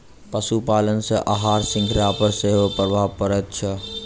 पशुपालन सॅ आहार शृंखला पर सेहो प्रभाव पड़ैत छै